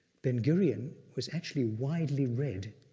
ben gurion was actually widely read